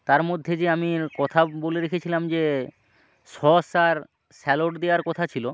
তার মধ্যে যে আমি কথা বলে রেখেছিলাম যে সস আর স্যালাড দেওয়ার কথা ছিল